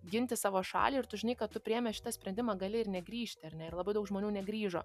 ginti savo šalį ir tu žinai kad tu priėmęs šitą sprendimą gali ir negrįžti ar ne ir labai daug žmonių negrįžo